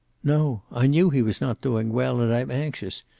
no. i knew he was not doing well. and i'm anxious.